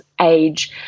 age